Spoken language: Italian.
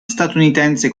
statunitense